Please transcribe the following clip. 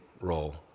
role